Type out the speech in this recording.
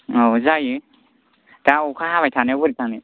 औ जायो दा अखा हाबाय थानायाव बोरै थांनो